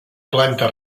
planta